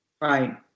Right